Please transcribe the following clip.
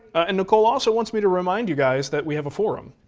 and nicole also wants me to remind you guys that we have a forum,